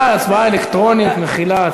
אה, הצבעה אלקטרונית, מחילה.